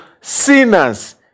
sinners